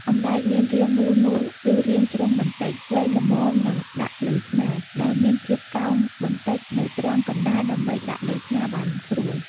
អម្រែកមានរាងមូលៗ ឬរាងជ្រុងបន្តិច វែងល្មមនឹងដាក់លើស្មា ហើយមានភាពកោងបន្តិចនៅត្រង់កណ្តាលដើម្បីដាក់លើស្មាបានស្រួល។